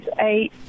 eight